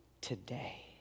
today